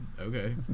Okay